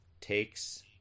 takes